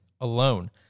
alone